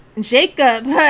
Jacob